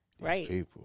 right